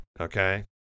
okay